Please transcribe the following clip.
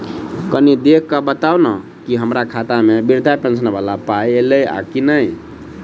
कनि देख कऽ बताऊ न की हम्मर खाता मे वृद्धा पेंशन वला पाई ऐलई आ की नहि?